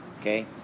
Okay